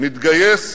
מתגייס